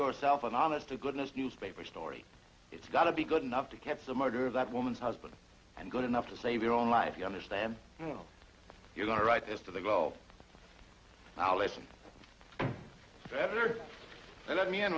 yourself an honest to goodness newspaper story it's got to be good enough to catch the murderer that woman's husband and good enough to save your own life you understand you're going to write this to the girl i'll listen better and